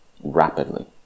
rapidly